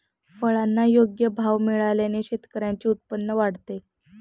फळांना योग्य भाव मिळाल्याने शेतकऱ्यांचे उत्पन्न वाढते